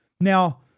Now